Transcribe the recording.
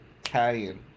italian